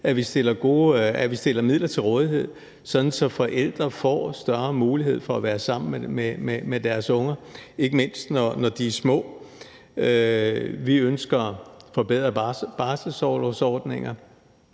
at vi stiller midler til rådighed, sådan at forældre får større mulighed for at være sammen med deres unger, ikke mindst når de er små. Vi ønsker at forbedre barselsorlovsordningerne,